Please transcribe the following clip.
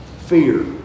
fear